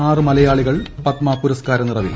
ആറ് മലയാളികൾ പത്മ പുരസ്ക്കാര നിറവിൽ